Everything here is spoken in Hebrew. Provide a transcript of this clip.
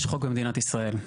יש חוק במדינת ישראל.